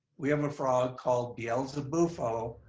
we have a frog called beelzebufo.